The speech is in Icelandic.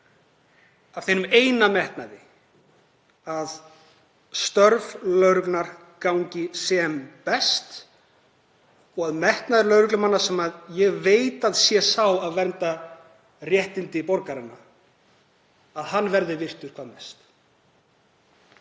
af þeim eina metnaði að störf lögreglunnar gangi sem best og að metnaður lögreglumanna, sem ég veit að er að vernda réttindi borgaranna, verði virtur hvað mest.